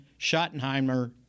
Schottenheimer